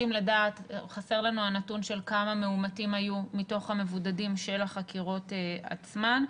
חסר לנו הנתון של כמה מאומתים היו מתוך המבודדים של החקירות עצמן.